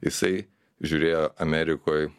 jisai žiūrėjo amerikoj